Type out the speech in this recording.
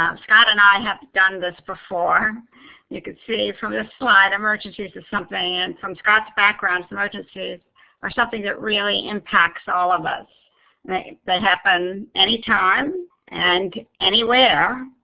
scott and i have done this before you can see from this slide, emergencies are something, and from scott's background, emergencies are something that really impacts all of us. they happen anytime and anywhere.